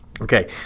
okay